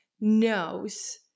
knows